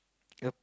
yup